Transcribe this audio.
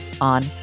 on